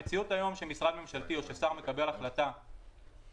המציאות היום שכשמשרד ממשלתי או כששר מקבל החלטה ובפועל